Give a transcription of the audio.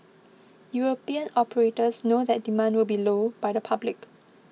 European operators know that demand will be low by the public